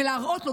להראות להם,